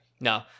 No